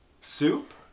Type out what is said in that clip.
Soup